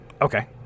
Okay